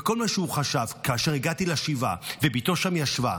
וכל מה שהוא חשב כאשר הגעתי לשבעה ובתו שם ישבה,